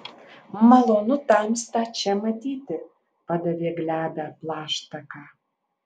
malonu tamstą čia matyti padavė glebią plaštaką